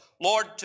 Lord